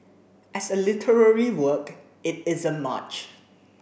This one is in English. as a literary work it isn't much